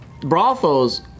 brothels